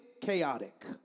chaotic